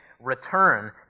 return